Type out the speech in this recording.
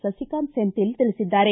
ಸುಕಾಂತ ಸೆಂಥಿಲ್ ತಿಳಿಸಿದ್ದಾರೆ